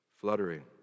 fluttering